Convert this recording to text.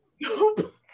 nope